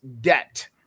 debt